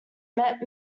met